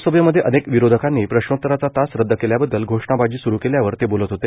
लोकसभेमध्ये अनेक विरोधकांनी प्रश्नोत्तराचा तास रदद केल्याबददल घोषणाबाजी सूरु केल्यावर ते बोलत होते